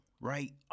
right